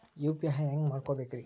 UPI ಹ್ಯಾಂಗ ಮಾಡ್ಕೊಬೇಕ್ರಿ?